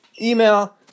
email